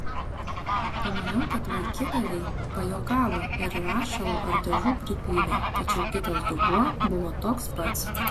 pamaniau kad vaikigaliai pajuokavo ir rašalo ar dažų pripylė tačiau kitas dubuo buvo toks pats